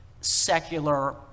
secular